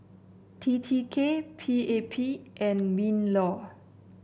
T T K P A P and Minlaw